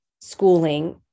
schooling